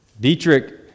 Dietrich